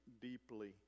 deeply